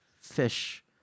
fish